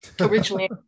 originally